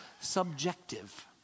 subjective